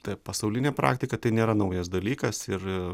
ta pasaulinė praktika tai nėra naujas dalykas ir